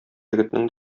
егетнең